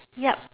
yup